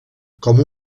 com